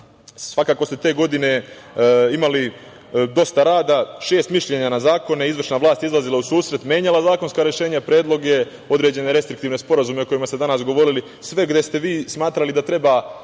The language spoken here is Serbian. Svakako ste te godine imali dosta rada. Šest mišljenja na zakone. Izvršna vlast je izlazila u susret, menjala zakonska rešenja, predloge, određene restriktivne sporazume o kojima ste danas govorili. Sve gde ste vi smatrali da treba